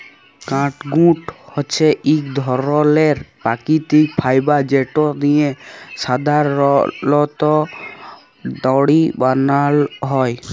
catgut হছে ইক ধরলের পাকিতিক ফাইবার যেট দিঁয়ে সাধারলত দড়ি বালাল হ্যয়